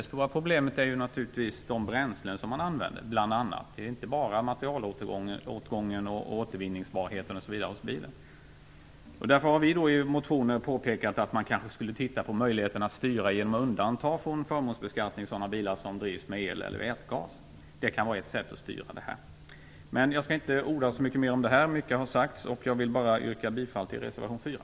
Det stora problemet är ju naturligtvis bl.a. de bränslen som används och inte bara materialåtgången och bilens återvinningsbarhet. Därför har vi i motionen påpekat att man skulle kunna titta på möjligheten att styra genom att undanta bilar, som drivs med el eller vätgas, från förmånsbeskattning. Det skulle kunna vara ett sätt att styra detta. Men jag skall inte orda så mycket mer om detta. Mycket har sagts. Jag vill bara yrka bifall till reservation 4.